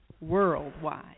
worldwide